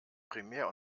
primär